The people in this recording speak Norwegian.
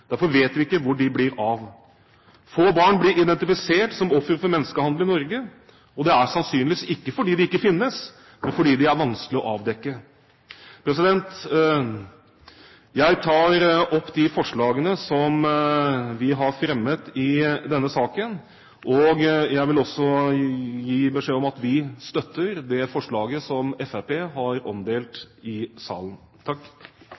Derfor vet vi ikke hvor de blir av. Få barn blir identifisert som offer for menneskehandel i Norge. Det er sannsynligvis ikke fordi de ikke finnes, men fordi det er vanskelig å avdekke. Jeg tar hermed opp de forslagene som vi har fremmet i denne saken. Jeg vil også gi beskjed om at vi støtter forslaget fra Fremskrittspartiet som er omdelt i salen. Representanten Geir Jørgen Bekkevold har